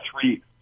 three